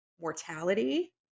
mortality